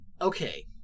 okay